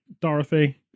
Dorothy